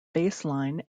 baseline